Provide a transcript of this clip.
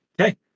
Okay